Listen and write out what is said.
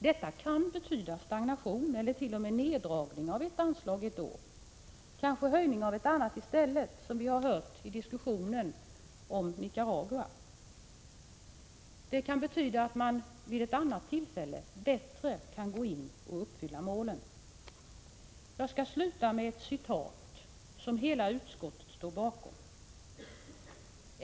Detta kan betyda stagnation eller t.o.m. neddragning av ett anslag ett år, eller kanske höjning av ett annat i stället, vilket det har talats om i diskussionen om Nicaragua. Det kan betyda att man vid ett annat tillfälle bättre kan gå in och uppfylla målen. Jag skall avsluta mitt anförande med ett citat som hela utskottet står bakom.